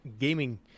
gaming